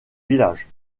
village